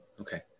okay